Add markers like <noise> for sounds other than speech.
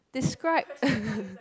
describe <laughs>